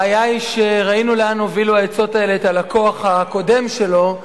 הבעיה היא שראינו לאן הובילו העצות האלה את הלקוח הקודם שלו,